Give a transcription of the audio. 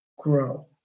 grow